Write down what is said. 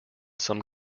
some